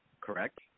correct